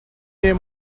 near